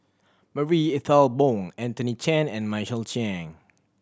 Marie Ethel Bong Anthony Chen and Michael Chiang